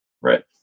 Right